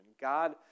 God